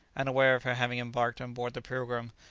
unaware of her having embarked on board the pilgrim,